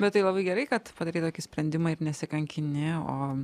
bet tai labai gerai kad padarei tokį sprendimą ir nesikankini o